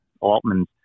Altman